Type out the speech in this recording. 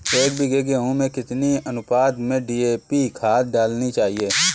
एक बीघे गेहूँ में कितनी अनुपात में डी.ए.पी खाद डालनी चाहिए?